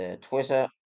Twitter